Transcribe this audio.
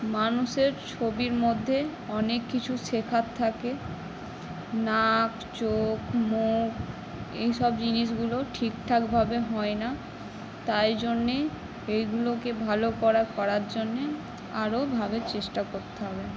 মানুষের ছবির মধ্যে অনেক কিছু শেখার থাকে নাক চোখ মুখ এই সব জিনিসগুলো ঠিকঠাকভাবে হয় না তাই জন্যই এগুলোকে ভালো করে করার জন্য আরোভাবে চেষ্টা করতে হবে